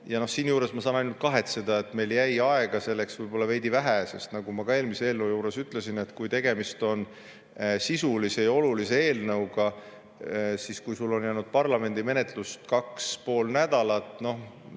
Siinjuures ma saan ainult kahetseda, et meil jäi aega selleks võib-olla veidi vähe. Nagu ma eelmise eelnõu juures ütlesin, et kui tegemist on sisulise ja olulise eelnõuga ning sul on jäänud parlamendi menetlust 2,5 nädalat, siis